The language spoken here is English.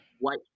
white